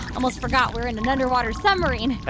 almost forgot we're in an underwater submarine.